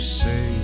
say